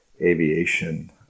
aviation